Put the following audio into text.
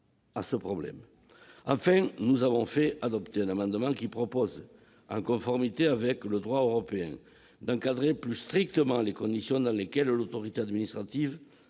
Enfin, nous avons fait adopter un amendement qui vise, en conformité avec le droit européen, à encadrer plus strictement les conditions dans lesquelles l'autorité administrative